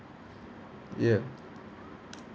ya